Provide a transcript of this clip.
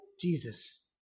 Jesus